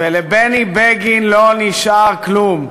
ולבני בגין לא נשאר כלום.